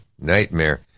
nightmare